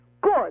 Good